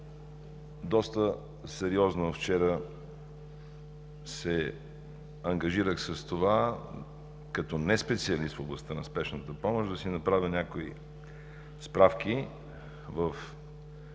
доста сериозно вчера се ангажирах с това като неспециалист в областта на спешната помощ – да си направя някои справки в